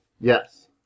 Yes